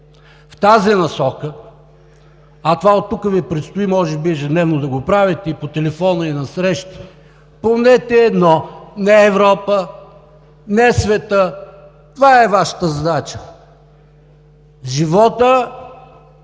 в тази насока – а това оттук нататък Ви предстои може би ежедневно да го правите по телефона и на срещи, помнете едно, че не Европа, не светът, а това е Вашата задача – животът